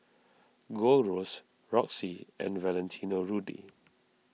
Gold Roast Roxy and Valentino Rudy